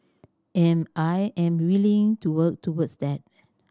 and I am willing to work towards that